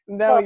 no